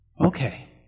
okay